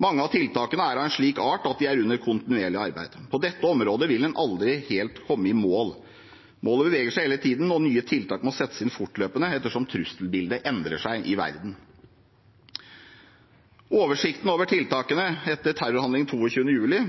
Mange av tiltakene er av en slik art at de er under kontinuerlig arbeid. På dette området vil en aldri helt komme i mål. Målet beveger seg hele tiden, og nye tiltak må settes inn fortløpende etter som trusselbildet endrer seg i verden. Oversikten over tiltakene etter terrorhandlingene 22. juli